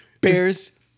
Bears